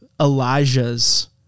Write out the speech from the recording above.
Elijah's –